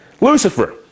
Lucifer